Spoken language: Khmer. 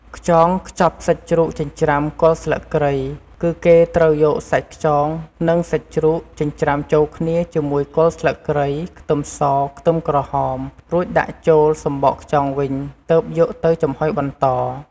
ខ្យងខ្ចប់សាច់ជ្រូកចិញ្ច្រាំគល់ស្លឹកគ្រៃ គឺគេត្រូវយកសាច់ខ្យង និងសាច់ជ្រូក ចិញ្រ្ចាំចូលគ្នាជាមួយគល់ស្លឹកគ្រៃ ខ្ទឹមស ខ្ទឹមក្រហម រួចដាក់ចូលសំបកខ្យងវិញ ទើបយកទៅចំហុយបន្ត។